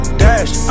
dash